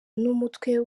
n’umutwe